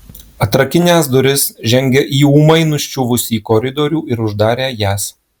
atrakinęs duris žengė į ūmai nuščiuvusį koridorių ir uždarė jas